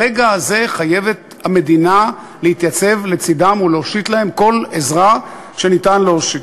ברגע הזה המדינה חייבת להתייצב לצדם ולהושיט להם כל עזרה שאפשר להושיט.